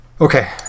Okay